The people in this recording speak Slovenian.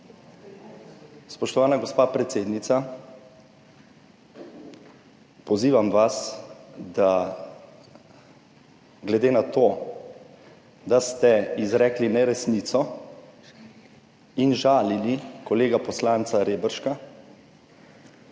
Spoštovana gospa predsednica, pozivam vas, glede na to, da ste izrekli neresnico in žalili kolega poslanca Reberška,